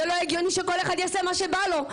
זה לא הגיוני שכל אחד יעשה מה שבא לו.